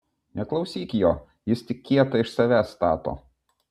neklausyk jo jis tik kietą iš savęs stato